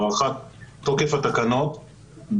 הארכת תוקף התקנות,